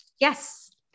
Yes